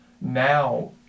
Now